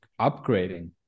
upgrading